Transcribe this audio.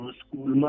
school